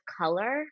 color